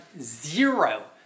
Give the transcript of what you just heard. zero